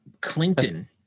Clinton